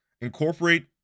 incorporate